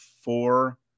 four